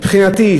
מבחינתי,